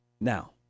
Now